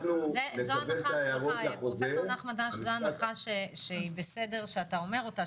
זו הנחה שהיא בסדר שאתה אומר אותה,